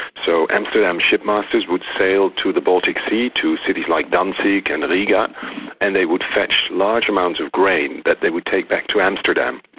so amsterdam ship-masters ship-masters would sail to the baltic sea, to cities like danzig and riga and they would fetch large amounts of grain that they would take back to amsterdam,